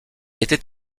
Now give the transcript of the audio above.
était